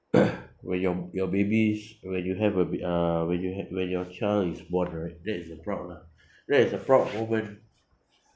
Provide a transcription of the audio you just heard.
when your your baby's where you have a ba~ uh when you ha~ when your child is born already that is a proud lah that is a proud moment